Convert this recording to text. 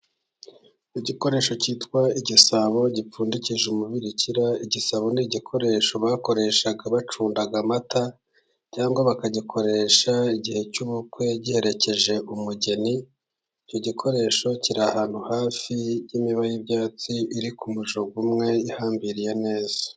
Igikoresho cyitwa igisabo gipfundikije umubirikira, igisabo ni igikoresho bakoreshaga bacunda amata, cyangwa bakagikoresha igihe cy'ubukwe giherekeje umugeni, icyo gikoresho kiri hafi y'imiba y'ibyatsi iri ku mujyo umwe ihambiriye neza.